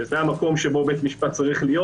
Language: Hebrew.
שזה המקום שבו בית משפט צריך להיות